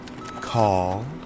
Call